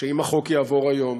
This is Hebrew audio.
שאם החוק יעבור היום,